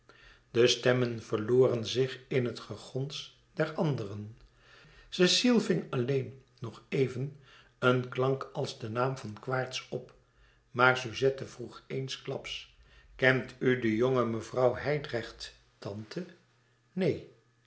de stemmen verloren zich in het gegons der anderen cecile ving alleen nog even een klank als den naam van quaerts op maar suzette vroeg eensklaps kent u de jonge mevrouw hijdrecht tante neen